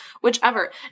whichever